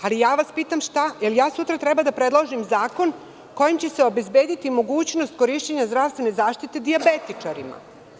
Ali, pitam vas, da li sutra treba da predložim zakon kojim će se obezbediti mogućnost korišćenja zdravstvene zaštite dijabetičarima?